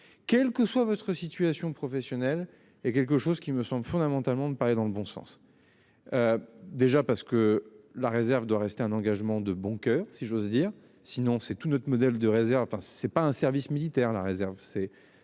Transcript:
Quel que soit votre situation professionnelle est quelque chose qui me sont fondamentalement de parler dans le bon sens. Déjà parce que la Réserve doit rester un engagement de bon coeur, si j'ose dire sinon c'est tout notre modèle de réserve. Enfin c'est pas un service militaire, la réserve.